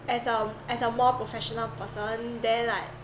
as um as a more professional person then like